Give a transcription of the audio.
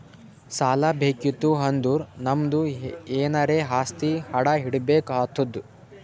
ಸಾಲಾ ಬೇಕಿತ್ತು ಅಂದುರ್ ನಮ್ದು ಎನಾರೇ ಆಸ್ತಿ ಅಡಾ ಇಡ್ಬೇಕ್ ಆತ್ತುದ್